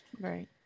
Right